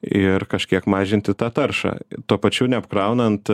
ir kažkiek mažinti tą taršą tuo pačiu neapkraunant